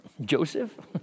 joseph